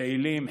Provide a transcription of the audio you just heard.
פעילים,